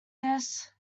this